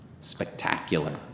spectacular